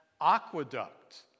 aqueduct